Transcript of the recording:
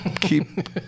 keep